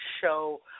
show